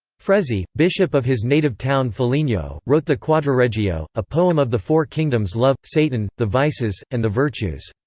frezzi, bishop of his native town foligno, wrote the quadriregio, a poem of the four kingdoms love, satan, the vices, and the virtues.